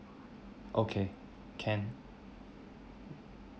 okay can